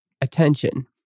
attention